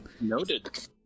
Noted